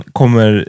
kommer